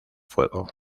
fuego